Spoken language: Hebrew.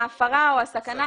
ההפרה או הסכנה.